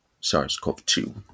SARS-CoV-2